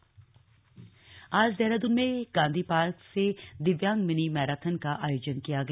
दिव्यांग रैली आज देहरादून के गांधी पार्क से दिव्यांग मिनी मैराथन का आयोजन किया गया